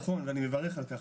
נכון, ואני מברך על כך.